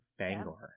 fangor